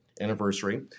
anniversary